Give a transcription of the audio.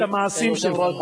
את המעשים שלך.